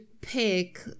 pick